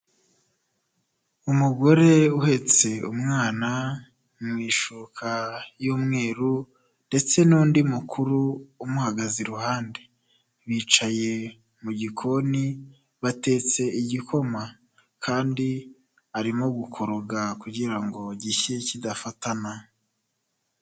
Umugore uhetse umwana mu ishuka y'umweru, ndetse n'undi mukuru umuhagaze iruhande. Bicaye mu gikoni, batetse igikoma. Kandi arimo gukoroga, kugira ngo gishye kidafatana.